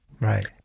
right